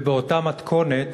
ובאותה מתכונת